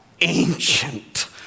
ancient